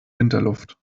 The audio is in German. winterluft